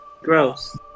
Gross